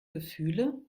gefühle